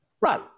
Right